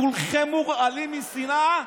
כולכם מורעלים משנאה,